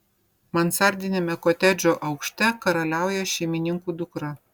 mansardiniame kotedžo aukšte karaliauja šeimininkų dukra